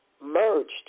merged